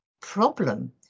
problem